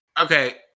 Okay